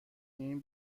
این